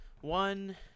one